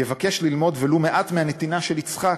יבקש ללמוד ולו מעט מהנתינה של יצחק,